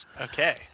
Okay